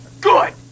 Good